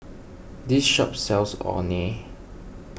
this shop sells Orh Nee